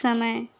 समय